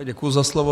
Děkuji za slovo.